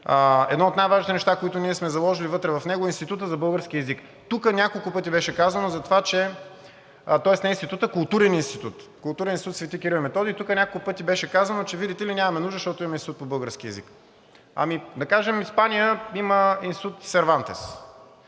Едно от най-важните неща, които ние сме заложили вътре в него, е Институтът за българския език. Тук няколко пъти беше казано за това, че – тоест, не институтът, а културен институт – Културен институт „Свети Кирил и Методий“, и тук няколко пъти беше казано, че, видите ли, нямаме нужда, защото имаме Институт по български език. Ами да кажем Испания има институт „Сервантес“.